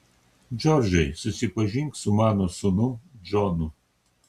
džordžai susipažink su mano sūnum džonu